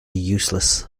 useless